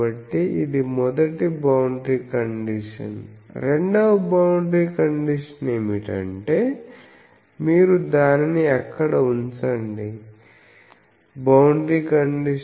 కాబట్టి ఇది మొదటి బౌండరీ కండిషన్ రెండవ బౌండరీ కండిషన్ ఏమిటంటే మీరు దానిని అక్కడ ఉంచండి